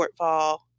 shortfall